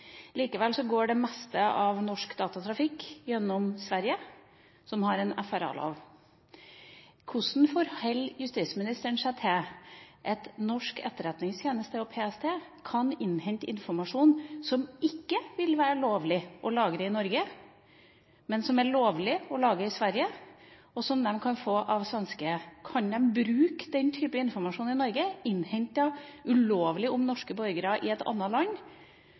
Likevel går det meste av norsk datatrafikk gjennom Sverige som har en FRA-lov. Hvordan forholder justisministeren seg til at norsk E-tjeneste og PST kan innhente informasjon som ikke vil være lovlig å lagre i Norge, men som er lovlig å lagre i Sverige, og som de kan få av svenskene? Kan de bruke slik informasjon, som er innhentet ulovlig om norske borgere i et annet land,